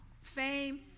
Fame